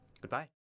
Goodbye